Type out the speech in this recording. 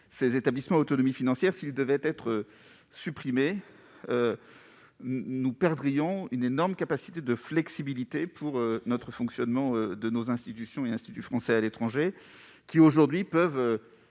ces établissements à autonomie financière devaient être supprimés, nous perdrions une énorme capacité de flexibilité pour le fonctionnement de nos instituts français à l'étranger, qui, aujourd'hui, grâce